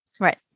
Right